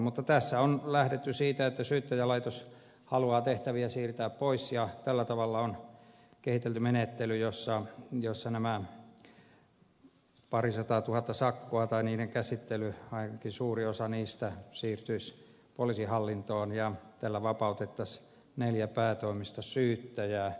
mutta tässä on lähdetty siitä että syyttäjälaitos haluaa tehtäviä siirtää pois ja tällä tavalla on kehitelty menettely jossa näiden parinsadantuhannen sakon käsittely tai ainakin suurin osa niistä siirtyisi poliisihallintoon ja tällä vapautettaisiin neljä päätoimista syyttäjää